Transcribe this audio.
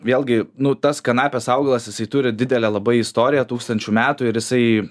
vėlgi nu tas kanapės augalas jisai turi didelę labai istoriją tūkstančių metų ir jisai